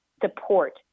support